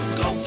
go